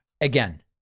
again